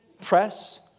press